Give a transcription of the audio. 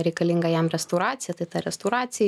reikalinga jam restauracija tai ta restauracija